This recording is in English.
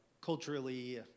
culturally